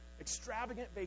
extravagant